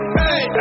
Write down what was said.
hey